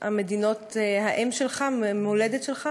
מדינת האם שלך, המולדת שלך